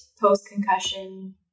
post-concussion